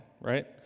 right